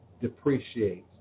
depreciates